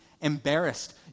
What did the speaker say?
embarrassed